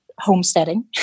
homesteading